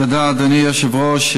תודה, אדוני היושב-ראש.